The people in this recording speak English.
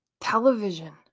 television